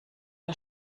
der